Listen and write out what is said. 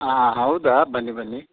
ಹಾಂ ಹೌದೇ ಬನ್ನಿ ಬನ್ನಿ